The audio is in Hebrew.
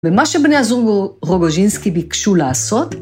ומה שבני הזוג רוגוז'ינסקי ביקשו לעשות